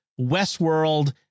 Westworld